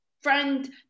friend